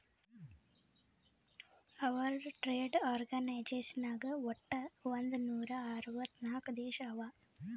world trade organisation ನಾಗ್ ವಟ್ ಒಂದ್ ನೂರಾ ಅರ್ವತ್ ನಾಕ್ ದೇಶ ಅವಾ